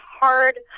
hard